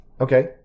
Okay